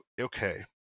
okay